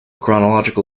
chronological